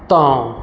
तँ